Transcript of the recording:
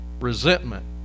resentment